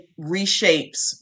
reshapes